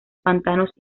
pantanos